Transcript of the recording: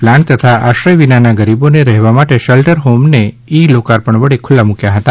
plant તથા આશ્રય વિનાના ગરીબોને રહેવા માટેના શેલ્ટર હોમને ઈ લોકાર્પણ વડે ખુલ્લા મૂક્યા હતા